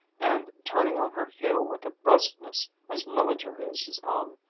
and turning on her heel with a brusqueness as military as his own,